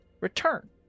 return